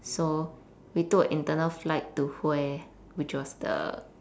so we took an internal flight to hoa which was the